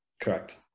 Correct